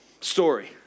story